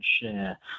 share